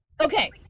okay